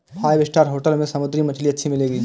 five star hotel में समुद्री मछली अच्छी मिलेंगी